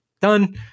done